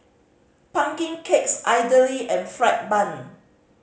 pumpkin cakes idly and fried bun